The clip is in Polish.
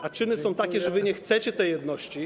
A czyny są takie, że wy nie chcecie tej jedności.